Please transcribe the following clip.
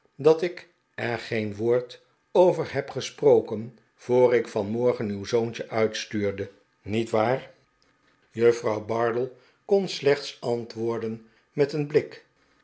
dat ik er geen woord over heb gesproken voor ik vanmorgen uw zoontje uitstuurde nietwaar een pun luke situatie juffrouw bardell kon slechts antwoorden met een blik